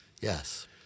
Yes